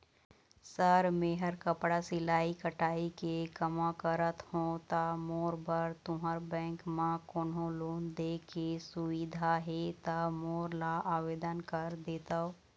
Sir मेहर कपड़ा सिलाई कटाई के कमा करत हों ता मोर बर तुंहर बैंक म कोन्हों लोन दे के सुविधा हे ता मोर ला आवेदन कर देतव?